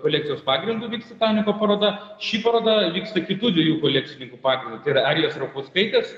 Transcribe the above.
kolekcijos pagrindu vyks titaniko paroda ši paroda vyksta kitų dviejų kolekcininkų pagrindu eglės rakauskaitės